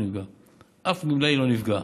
אף גמלאי לא נפגע.